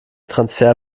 transfer